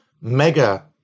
mega-